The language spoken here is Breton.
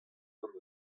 gant